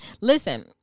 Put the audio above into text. Listen